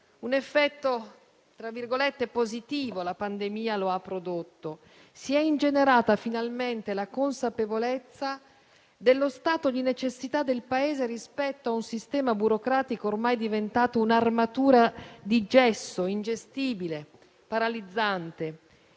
un effetto positivo la pandemia lo ha prodotto: si è ingenerata finalmente la consapevolezza dello stato di necessità del Paese rispetto a un sistema burocratico ormai diventato un'armatura di gesso, ingestibile, paralizzante.